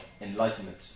Enlightenment